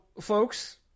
folks